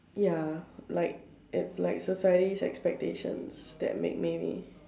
ya like its like society's expectations that make me